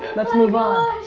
let's move on.